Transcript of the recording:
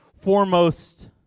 foremost